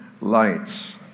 lights